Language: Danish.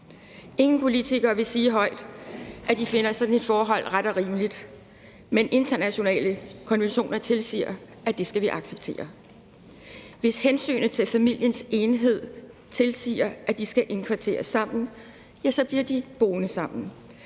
Ingen politikere vil sige højt, at de finder sådan et forhold ret og rimeligt, men internationale konventioner tilsiger, at det skal vi acceptere. Hvis hensynet til familiens enhed tilsiger, at de skal indkvarteres sammen, så bliver de boende sammen.